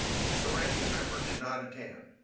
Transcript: which the ranking member did not attend.